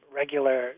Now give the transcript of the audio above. regular